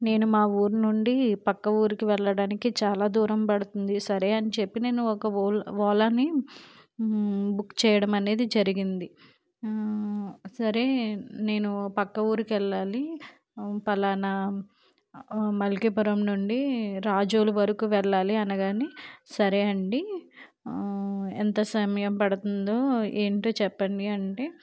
నేను మా ఊరు నుండి పక్క ఊరికి వెళ్లడానికి చాలా దూరం పడుతుంది సరే అని చెప్పి నేను ఒక ఓల్ ఓలాని బుక్ చేయడం అనేది జరిగింది సరే నేను పక్క ఊరికి వెళ్ళాలి పలానా మల్కీపురం నుండి రాజోలు వరకు వెళ్లాలి అనగానే సరే అండి ఎంత సమయం పడుతుందో ఏంటో చెప్పండి అంటే